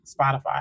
Spotify